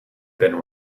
been